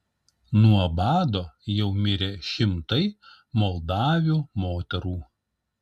nuo bado jau mirė šimtai moldavių moterų